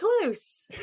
close